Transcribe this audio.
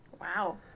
Wow